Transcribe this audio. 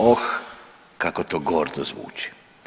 Oh, kako to gordo zvuči.